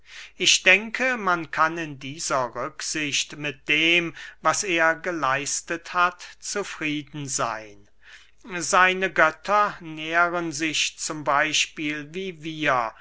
ich denke man kann in dieser rücksicht mit dem was er geleistet hat zufrieden seyn seine götter nähren sich z b wie wir